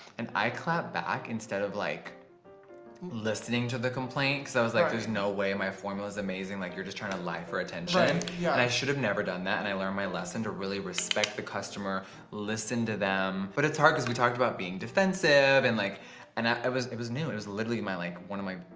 and i clap back instead of like listening to the complaint cuz i was like, there's no way my formula is amazing. like you're just trying to lie for attention yeah, i should have never done that and i learned my lesson to really respect the customer listen to them but it's hard cuz we talked about being defensive and like and i was it was new. it was literally my like one of my